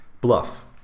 Bluff